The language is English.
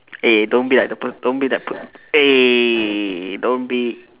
eh don't be like the per~ don't be that per~ eh don't be